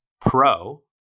pro